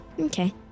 Okay